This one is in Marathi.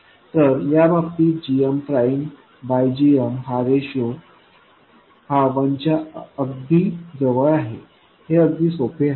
तर याबाबतीत gm प्राइम बाय gm हा रेशो हा 1 च्या अगदी जवळ आहे हे अगदी सोपे आहे